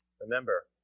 Remember